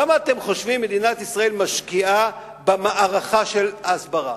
כמה אתם חושבים מדינת ישראל משקיעה במערכה של ההסברה?